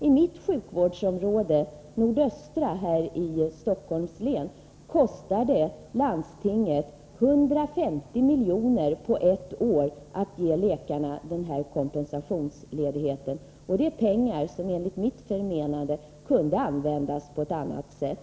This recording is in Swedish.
I mitt sjukvårdsområde — nordöstra här i Stockholms län — kostar det landstinget 150 milj.kr. på ett år att ge läkarna denna kompensationsledighet. Det är pengar som enligt mitt förmenande borde användas på ett annat sätt.